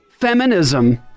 Feminism